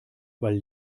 weil